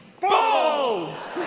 Balls